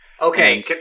Okay